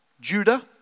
Judah